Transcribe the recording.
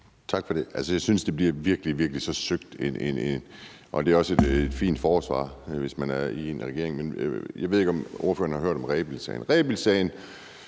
Tak for det. Jeg synes virkelig, det bliver så søgt, men det er et fint forsvar, når man er i en regering. Jeg ved ikke, om ordføreren har hørt om Rebildsagen,